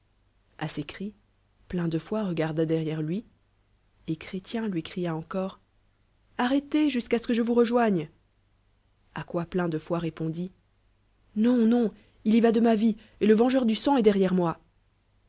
a ces cris plein de foi regarda derrière lui et chrétien lui cria encore arrèlel jusqu'à ce que je vous joigne aquoi plein de foi répondit non non y va de ma vie et le vengeur du sang est derrière moi